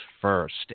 first